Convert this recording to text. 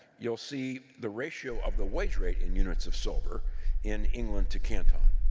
you'll see the ratio of the wage rate in units of silver in england to canton.